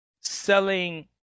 selling